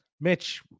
Mitch